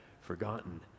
forgotten